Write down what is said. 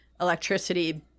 electricity